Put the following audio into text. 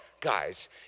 Guys